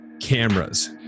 cameras